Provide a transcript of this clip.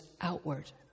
outward